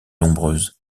nombreuses